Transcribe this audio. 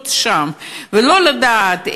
להיות שם ולא לדעת,